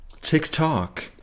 TikTok